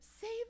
save